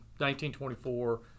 1924